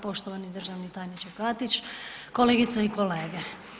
Poštovani državni tajniče Katić, kolegice i kolege.